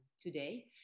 today